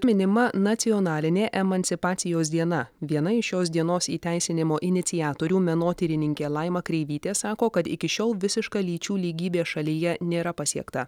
minima nacionalinė emancipacijos diena viena iš šios dienos įteisinimo iniciatorių menotyrininkė laima kreivytė sako kad iki šiol visiška lyčių lygybė šalyje nėra pasiekta